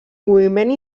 moviment